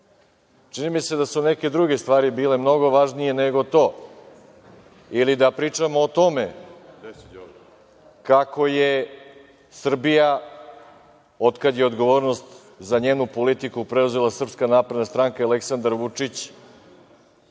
mi se da su neke druge stvari bile mnogo važnije nego to. Ili da pričamo o tome kako je Srbija, otkad je odgovornost za njenu politiku preuzela SNS i Aleksandar Vučić,